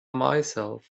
myself